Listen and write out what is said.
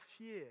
fear